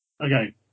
Okay